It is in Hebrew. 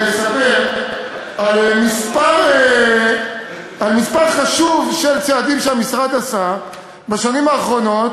לספר על כמה צעדים חשובים שהמשרד עשה בשנים האחרונות,